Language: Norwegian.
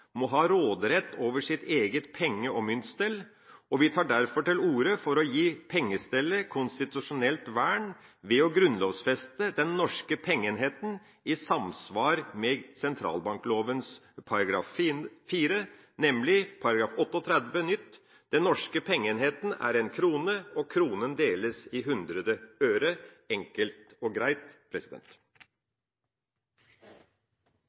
må ha råderett over sitt eget penge- og myntstell, og vi tar derfor til orde for å gi pengestellet konstitusjonelt vern ved å grunnlovfeste den norske pengeenheten i samsvar med sentralbankloven § 4, nemlig ny § 38: «Den norske pengeenhet er en krone. Kronen deles i hundre øre.» – Enkelt og greit.